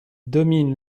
domine